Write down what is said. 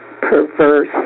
perverse